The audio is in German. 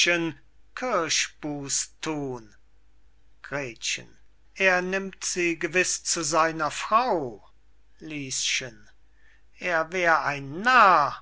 gretchen er nimmt sie gewiß zu seiner frau lieschen er wär ein narr